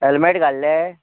helmet घाल्लें